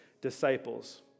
disciples